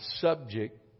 subject